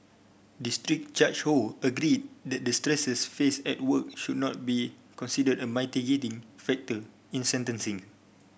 district Judge Ho agreed that the stresses faced at work should not be considered a mitigating factor in sentencing